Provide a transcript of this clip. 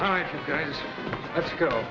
all right let's go